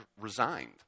resigned